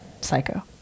psycho